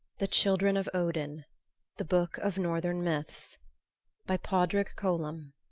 the children of odin the book of northern myths by padraic colum